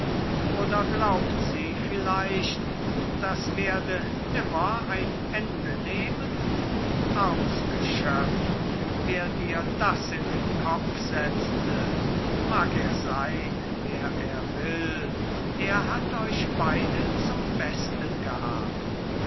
oder glaubt sie vielleicht das werde nimmer ein ende nehmen armes geschöpf wer dir das in den kopf setzte mag er sein wer er will er hat euch beide zum besten gehabt